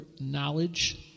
knowledge